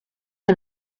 que